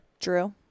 Drew